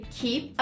keep